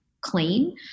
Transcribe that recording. clean